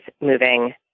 moving